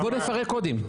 אז אפשר לפרק קודים.